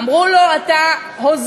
אמרו לו: אתה הוזה,